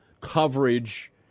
coverage